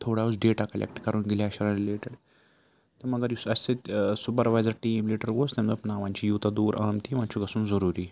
تھوڑا اوس ڈیٹا کَلٮ۪کٹہٕ کَرُن گٕلیشِیَر رِلیٹڈ تہٕ مگر یُس اَسہِ سۭتۍ سُپَروایزَر ٹیٖم لیٖڈَر اوس تٔمۍ دوٚپ نہ وۄنۍ چھِ یوٗتاہ دوٗر آمتی وۄنۍ چھُ گژھُن ضروٗری